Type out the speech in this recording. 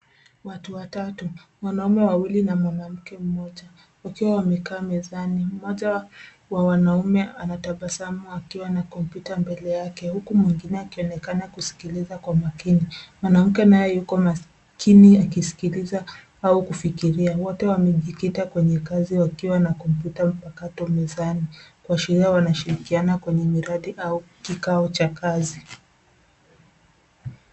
Watu watatu, wanaume wawili na mwanamke mmoja wakiwa wamekaa mezani. Mmoja wa wanaume anatabasamu akiwa na kompyuta mbele yake huku mwingine akionekana kusikiliza kwa makini. Mwanamke naye yuko makini akisikiliza au kufikiria. Wote wamejikita kwenye kazi wakiwa na kompyuta mpakato mezani kuashiria wanashirikiana kwenye miradi au kikao cha kazi.